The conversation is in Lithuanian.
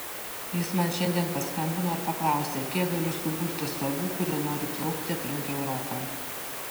jis man šiandien paskambino ir paklausė kiek galiu suburti savų kurie nori plaukti aplink europą